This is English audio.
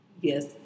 Yes